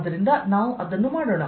ಆದ್ದರಿಂದ ನಾವು ಅದನ್ನು ಮಾಡೋಣ